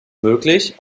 möglich